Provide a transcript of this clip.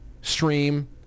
stream